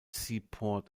seaport